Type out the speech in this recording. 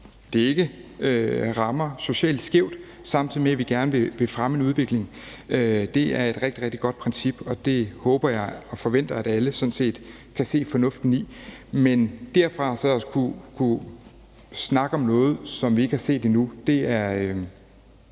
det ikke rammer socialt skævt, samtidig med at vi gerne vil fremme en udvikling, og det synes jeg er et rigtig, rigtig godt princip, og jeg håber og forventer sådan set, at alle kan se fornuften i det. Men at nå derfra til at kunne snakke om noget, som vi ikke har set endnu, er